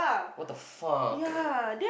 what the fuck